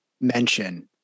mention